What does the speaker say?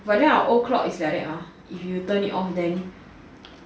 but then our old clock is like that mah if you turn it off then